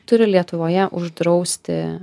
turi lietuvoje uždrausti